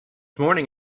morning